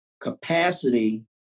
capacity